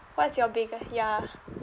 what's your bigges~ ya